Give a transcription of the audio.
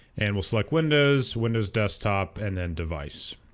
and we'll select windows windows desktop and then device